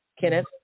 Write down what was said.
Kenneth